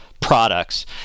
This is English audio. products